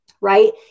Right